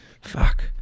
fuck